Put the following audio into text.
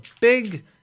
big